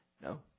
No